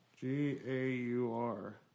G-A-U-R